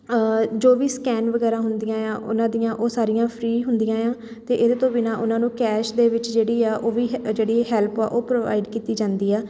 ਜੋ ਵੀ ਸਕੈਨ ਵਗੈਰਾ ਹੁੰਦੀਆਂ ਹੈ ਆ ਉਹਨਾਂ ਦੀਆਂ ਉਹ ਸਾਰੀਆਂ ਫਰੀ ਹੁੰਦੀਆਂ ਹੈ ਆ ਅਤੇ ਇਹਦੇ ਤੋਂ ਬਿਨਾਂ ਉਹਨਾਂ ਨੂੰ ਕੈਸ਼ ਦੇ ਵਿੱਚ ਜਿਹੜੀ ਆ ਉਹ ਵੀ ਹ ਜਿਹੜੀ ਹੈਲਪ ਆ ਉਹ ਪ੍ਰੋਵਾਈਡ ਕੀਤੀ ਜਾਂਦੀ ਆ